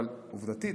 אבל עובדתית,